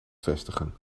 vestigen